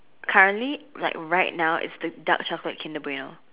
currently like right now is the dark chocolate kinder Bueno